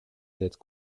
d’être